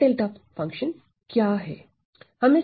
Dirac delta function क्या है